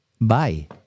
Bye